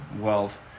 wealth